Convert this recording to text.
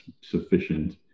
sufficient